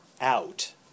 out